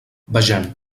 vegem